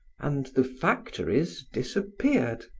and the factories disappeared.